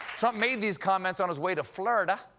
trump made these comments on his way to florida,